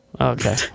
Okay